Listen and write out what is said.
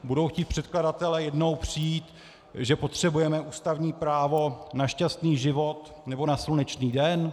Budou chtít předkladatelé jednou přijít, že potřebujeme ústavní právo na šťastný život nebo na slunečný den?